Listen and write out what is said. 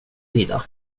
sida